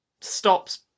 stops